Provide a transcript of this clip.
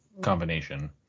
combination